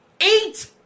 eight